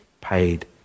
paid